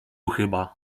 chyba